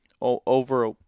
over